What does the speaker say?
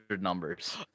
numbers